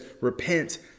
repent